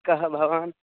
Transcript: कः भवान्